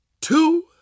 two